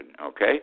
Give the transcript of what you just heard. okay